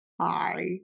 Hi